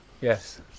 yes